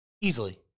easily